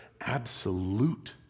absolute